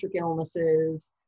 illnesses